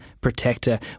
protector